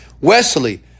Wesley